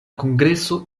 kongreso